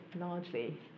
largely